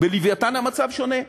ב"לווייתן" המצב שונה.